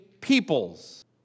peoples